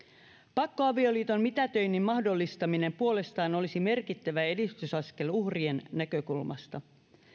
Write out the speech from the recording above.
pakkoavioliiton mitätöinnin mahdollistaminen puolestaan olisi merkittävä edistysaskel uhrien näkökulmasta